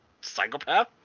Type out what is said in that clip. psychopath